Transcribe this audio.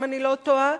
אם אני לא טועה,